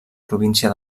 província